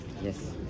Yes